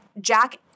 Jack